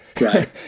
Right